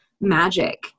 magic